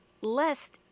lest